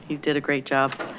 did a great job.